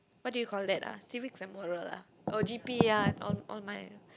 waht do you call that ah civics and moral ah oh G_P ya all all my